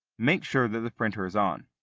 make sure that the printer is on,